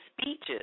speeches